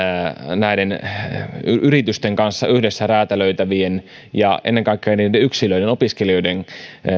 yritysten kanssa yhdessä räätälöitävien ja ennen kaikkia niiden yksilöiden opiskelijoiden